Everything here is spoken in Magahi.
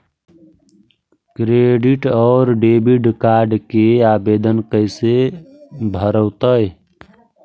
क्रेडिट और डेबिट कार्ड के आवेदन कैसे भरैतैय?